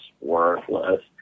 Worthless